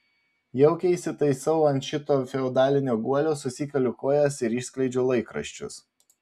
jaukiai įsitaisau ant šito feodalinio guolio susikeliu kojas ir išskleidžiu laikraščius